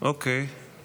אתה